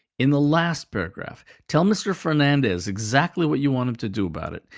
in the last paragraph, tell mr. fernandez exactly what you want him to do about it,